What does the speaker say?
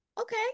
okay